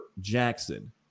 Jackson